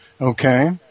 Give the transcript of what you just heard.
okay